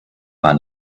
man